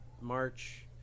March